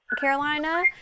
Carolina